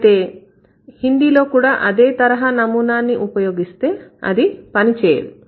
అయితే హిందీలో కూడా అదే తరహా నమూనాని ఉపయోగిస్తే అది పని చేయదు